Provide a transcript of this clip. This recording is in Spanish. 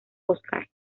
óscar